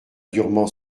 durement